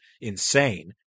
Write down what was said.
insane